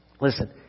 Listen